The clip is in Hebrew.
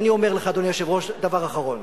ואני אומר לך, אדוני היושב-ראש, דבר אחרון: